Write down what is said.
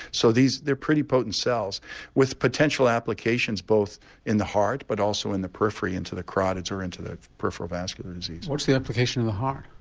so they are pretty potent cells with potential applications both in the heart but also in the periphery into the carotids or into the peripheral vascular disease. what's the implication in the heart?